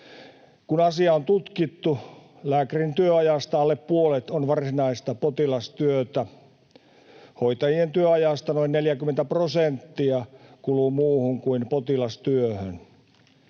Kun asiaa on tutkittu, lääkärin työajasta alle puolet on varsinaista potilastyötä, hoitajien työajasta noin 40 prosenttia kuluu muuhun kuin potilastyöhön.